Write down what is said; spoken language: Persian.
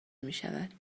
میشد